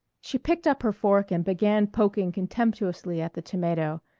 she picked up her fork and began poking contemptuously at the tomato,